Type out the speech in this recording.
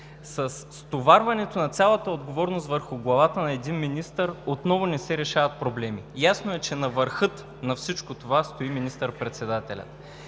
стоварването на цялата отговорност върху главата на един министър отново не се решават проблеми. Ясно е, че на върха на всичко това стои министър-председателят